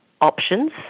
options